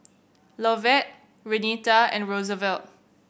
Lovett Renita and Roosevelt